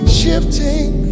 shifting